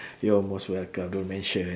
you are most welcome don't mention